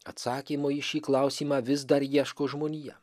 atsakymo į šį klausimą vis dar ieško žmonija